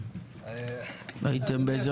בפועל,